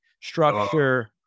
structure